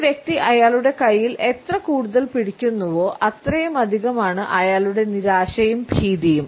ഒരു വ്യക്തി അയാളുടെ കൈയിൽ എത്ര കൂടുതൽ പിടിക്കുന്നുവോ അത്രയും അധികം ആണ് അയാളുടെ നിരാശയും ഭീതിയും